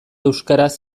euskaraz